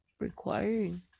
Requiring